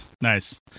Nice